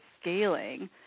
scaling